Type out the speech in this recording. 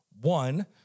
one